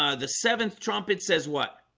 ah the seventh trumpet says what?